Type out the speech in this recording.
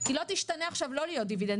היא לא תשתנה עכשיו לא להיות דיבידנד,